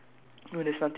on the left ah